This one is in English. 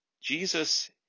Jesus